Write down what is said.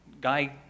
guy